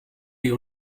die